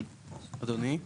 אדוני,